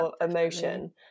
emotion